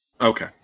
Okay